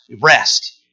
rest